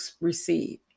receive